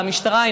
למשטרה,